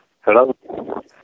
Hello